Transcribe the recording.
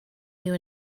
new